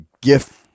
gift